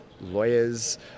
lawyers